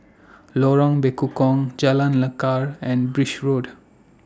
Lorong Bekukong Jalan Lekar and Birch Road